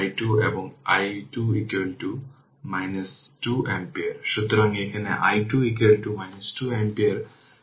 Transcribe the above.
এটি R equivalent এবং তাই এই i 1 হবে ইকুইভ্যালেন্ট অতএব এটি হবে 4 ডিভাইডেড বাই 3 10 বাই 7 অ্যাম্পিয়ার কারণ এই সোর্সটি 4 V